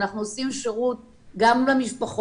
אנחנו עושים שירות גם למשפחות,